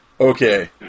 Okay